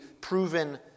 proven